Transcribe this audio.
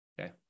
Okay